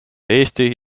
eesti